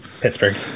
Pittsburgh